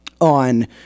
on